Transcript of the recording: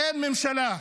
אין ממשלה.